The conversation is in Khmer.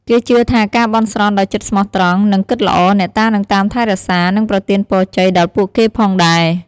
គេជឿថាការបន់ស្រន់ដោយចិត្តស្មោះត្រង់ និងគិតល្អ អ្នកតានឹងតាមថែរក្សា និងប្រទានពរជ័យដល់ពួកគេផងដែរ។